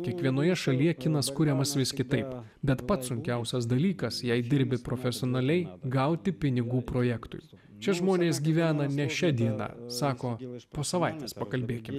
kiekvienoje šalyje kinas kuriamas vis kitaip bet pats sunkiausias dalykas jei dirbi profesionaliai gauti pinigų projektus čia žmonės gyvena ne šia diena sako jis po savaitės pakalbėkime